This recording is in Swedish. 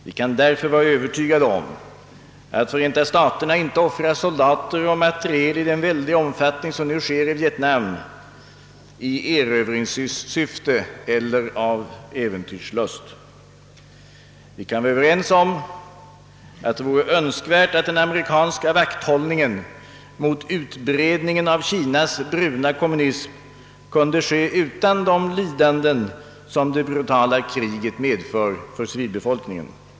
Vi kan därför vara övertygade om att Förenta staterna inte offrar soldater och material i den väldiga omfattning som sker i Vietnam i erövringssyfte eller av äventyrslust. Vi kan vara överens om att det vore önskvärt att den amerikanska vakthållningen mot utbredningen av Kinas bruna kommunism kunde ske utan de lidanden som det brutala kriget medför för civilbefolkningen.